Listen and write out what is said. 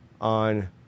on